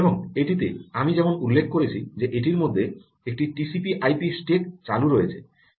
এবং এটিতে আমি যেমন উল্লেখ করেছি যে এটির মধ্যে একটি টিসিপি আইপি TCPIP স্ট্যাক চালু রয়েছে